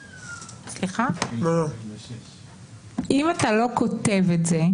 אם אתה לא כותב את זה,